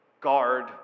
Guard